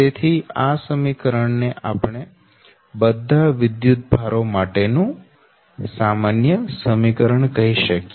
તેથી આ સમીકરણ ને આપણે બધા વિદ્યુતભારો માટેનું સામાન્ય સમીકરણ કહી શકીએ